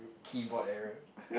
keyboard error